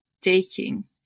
taking